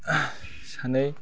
सानै